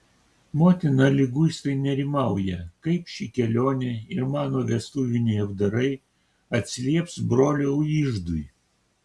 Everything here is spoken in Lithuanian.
motina liguistai nerimauja kaip ši kelionė ir mano vestuviniai apdarai atsilieps brolio iždui